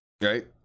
right